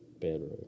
bedroom